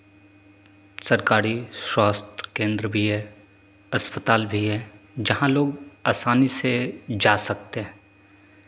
सरकारी स्वास्थ्य केन्द्र भी है अस्पताल भी है जहाँ लोग आसानी से जा सकते हैं